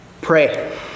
pray